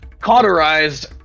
cauterized